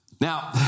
Now